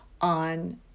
on